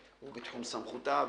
שבתחום סמכותה,